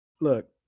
Look